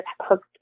hooked